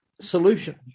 solution